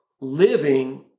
living